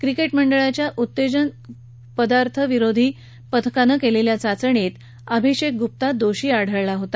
cricket मंडळाच्या उत्तेजक विरोधी पथकानं केलेल्या चाचणीत अभिषेक ग्प्ता दोषी आढळला होता